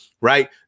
right